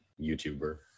YouTuber